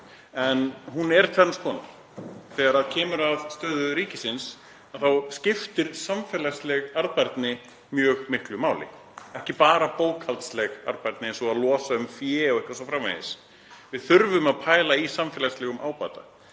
en hún er tvenns konar. Þegar kemur að stöðu ríkisins skiptir samfélagsleg arðbærni mjög miklu máli, ekki bara bókhaldsleg arðbærni, eins og að losa um fé o.s.frv., við þurfum að pæla í samfélagslegum ábata.